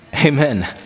Amen